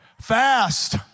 Fast